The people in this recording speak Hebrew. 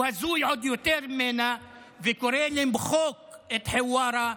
הוא הזוי עוד יותר ממנה, וקורא למחוק את חווארה.